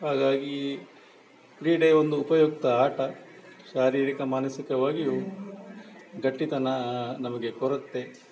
ಹಾಗಾಗಿ ಕ್ರೀಡೆ ಒಂದು ಉಪಯುಕ್ತ ಆಟ ಶಾರೀರಿಕ ಮಾನಸಿಕವಾಗಿಯೂ ಗಟ್ಟಿತನ ನಮಗೆ ಕೊಡತ್ತೆ